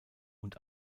und